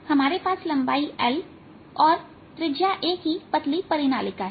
हमारे पास लंबाई L और त्रिज्या a की एक पतली परिनालिका है